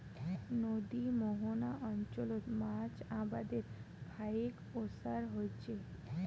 নদীর মোহনা অঞ্চলত মাছ আবাদের ফাইক ওসার হইচে